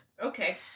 Okay